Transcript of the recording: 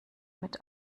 mit